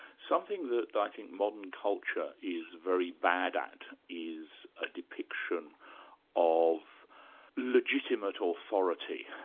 something that i think modern culture is very bad at is a depiction of legitimate ah authority,